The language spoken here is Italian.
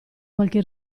qualche